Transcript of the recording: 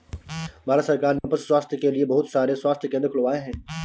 भारत सरकार ने पशु स्वास्थ्य के लिए बहुत सारे स्वास्थ्य केंद्र खुलवाए हैं